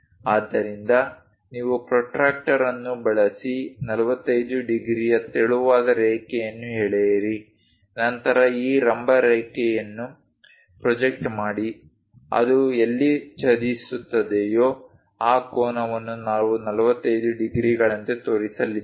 ಆದ್ದರಿಂದ ನೀವು ಪ್ರೊಟ್ರಾಕ್ಟರ್ ಅನ್ನು ಬಳಸಿ 45 ಡಿಗ್ರಿಯ ತೆಳುವಾದ ರೇಖೆಯನ್ನು ಎಳೆಯಿರಿ ನಂತರ ಈ ಲಂಬ ರೇಖೆಯನ್ನು ಪ್ರೊಜೆಕ್ಟ್ ಮಾಡಿ ಅದು ಎಲ್ಲಿ ಛೇದಿಸುತ್ತದೆಯೋ ಆ ಕೋನವನ್ನು ನಾವು 45 ಡಿಗ್ರಿಗಳಂತೆ ತೋರಿಸಲಿದ್ದೇವೆ